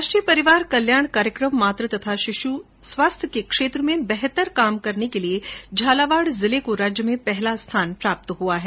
राष्ट्रीय परिवार कल्याण कार्यक्रम मातृ तथा शिशु स्वास्थ्य के क्षेत्र में बेहतर काम करने के लिए झालावाड़ जिले को राज्य में पहला स्थान प्राप्त हुआ है